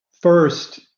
First